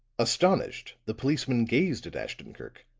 astonished the policeman gazed at ashton-kirk,